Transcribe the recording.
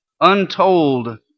untold